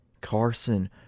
Carson